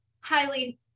highly